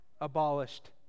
abolished